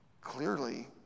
clearly